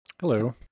Hello